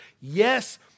Yes